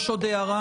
יש עוד הערה?